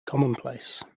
commonplace